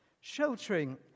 sheltering